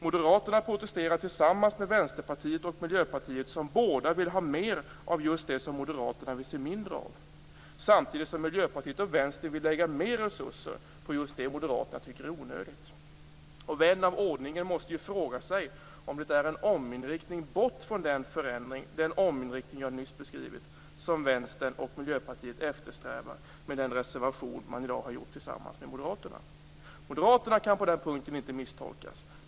Moderaterna protesterar tillsammans med Vänsterpartiet och Miljöpartiet, som båda vill ha mer av just det som Moderaterna vill se mindre av. Samtidigt vill Miljöpartiet och Vänstern lägga mer resurser på just det Moderaterna tycker är onödigt. Vän av ordning måste fråga sig om det är en ominriktning bort från den förändring, den ominriktning jag nyss beskrivit, som Vänstern och Miljöpartiet eftersträvar med reservationen tillsammans med Moderaterna. Moderaterna kan på den punkten inte misstolkas.